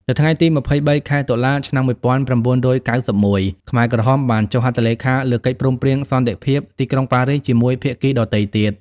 នៅថ្ងៃទី២៣ ខែតុលា ឆ្នាំ១៩៩១ ខ្មែរក្រហមបានចុះហត្ថលេខាលើកិច្ចព្រមព្រៀងសន្តិភាពទីក្រុងប៉ារីសជាមួយភាគីដទៃទៀត។